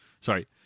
Sorry